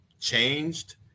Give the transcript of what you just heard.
changed